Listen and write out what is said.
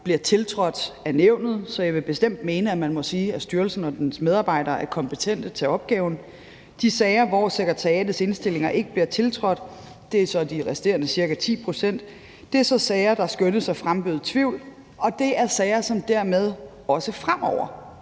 bliver tiltrådt af nævnet, så jeg vil bestemt mene, at man kan sige, at styrelsen og dens medarbejdere er kompetente til opgaven. De sager, hvor sekretariatets indstillinger ikke bliver tiltrådt, er de resterende ca. 10 pct. Det er så sager, der skønnes at fremkalde tvivl, og det er sager, som dermed også fremover